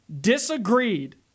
disagreed